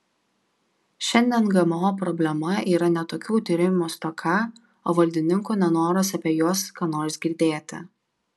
šiandien gmo problema yra ne tokių tyrimų stoka o valdininkų nenoras apie juos ką nors girdėti